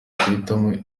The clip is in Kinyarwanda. guhitamo